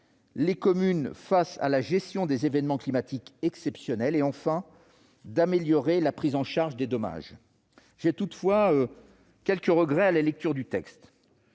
les communes face à la gestion des événements climatiques exceptionnels et d'améliorer la prise en charge des dommages. J'ai toutefois quelques regrets à la lecture du texte.